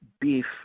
beef